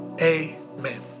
Amen